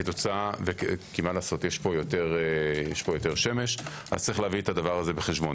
כי יש פה יותר שמש, צריך להביא את זה בחשבון.